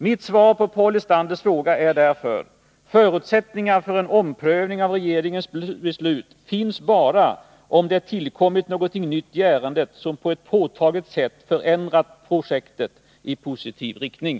Mitt svar på Paul Lestanders fråga är därför: Förutsättningar för en omprövning av regeringens beslut finns bara om det tillkommit någonting nytt i ärendet, som på ett påtagligt sätt förändrat projektet i positiv riktning.